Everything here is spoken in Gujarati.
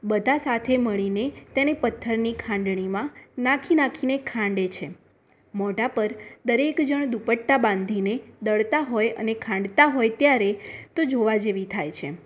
બધા સાથે મળીને તેને પથ્થરની ખાંડણીમાં નાખી નાખીને ખાંડે છે મોઢા પર દરેક જણ દુપટ્ટા બાંધીને દળતા હોય અને ખાંડતા હોય ત્યારે તો જોવા જેવી થાય છે